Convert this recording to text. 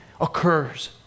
occurs